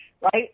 right